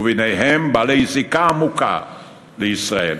וביניהם בעלי זיקה עמוקה לישראל.